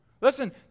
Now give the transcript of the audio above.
Listen